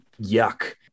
yuck